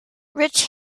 rich